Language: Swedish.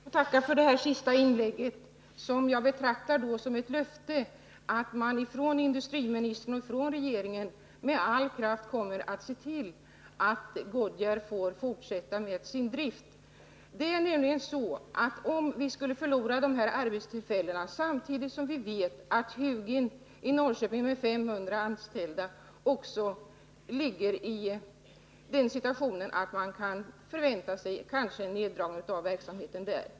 Herr talman! Jag ber att få tacka för detta sista inlägg, som jag betraktar som ett löfte från industriministern och regeringen om att man med all kraft kommer att se till att driften vid Goodyear får fortsätta. Vi har inte råd att förlora arbetstillfällena där, med tanke på att vi samtidigt vet att också Hugin med dess 500 anställda i Norrköping är i en sådan situation att man kanske kan förvänta sig en neddragning av verksamheten där.